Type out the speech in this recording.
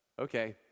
okay